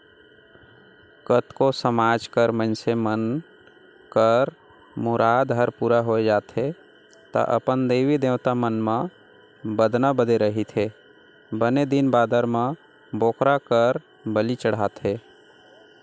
कतको समाज कर मइनसे मन कर मुराद हर पूरा होय जाथे त अपन देवी देवता मन म बदना बदे रहिथे बने दिन बादर म बोकरा कर बली चढ़ाथे